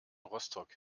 rostock